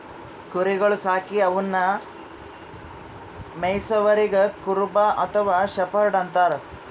ಕುರಿಗೊಳ್ ಸಾಕಿ ಅವನ್ನಾ ಮೆಯ್ಸವರಿಗ್ ಕುರುಬ ಅಥವಾ ಶೆಫರ್ಡ್ ಅಂತಾರ್